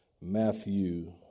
Matthew